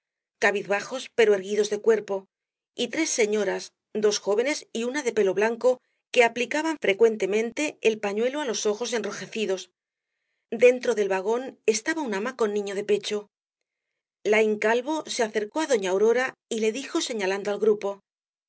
cabizbajos pero erguidos de cuerpo y tres señoras dos jóvenes y una de pelo blanco que aplicaban frecuentemente el pañuelo á los ojos enrojecidos dentro del vagón estaba un ama con niño de pecho laín calvo se acercó á doña aurora y le dijo señalando al grupo